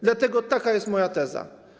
Dlatego taka jest moja teza.